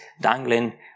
dangling